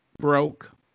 broke